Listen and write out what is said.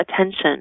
attention